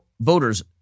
voters